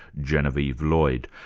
genevieve lloyd,